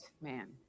man